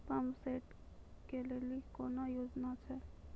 Pump set केलेली कोनो योजना छ?